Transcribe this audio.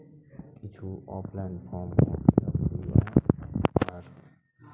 ᱠᱤᱪᱷᱩ offline form ᱦᱚᱸ ᱟᱨ